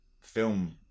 film